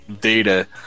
data